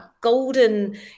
golden